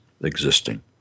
existing